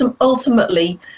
ultimately